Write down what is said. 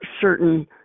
certain